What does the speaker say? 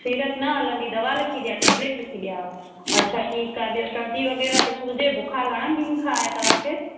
syrup न हलंदी दवा लिखी ॾियां टेबलेट लिखी ॾियांव अच्छा ठीकु आहे ॿियो सर्दी वग़ैरह कुझु हुजे बुख़ारु घणनि ॾींहंनि खां आहे तव्हांखे